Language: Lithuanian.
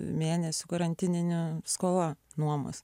mėnesių karantinine skola nuomos